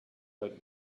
but